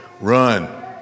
Run